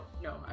no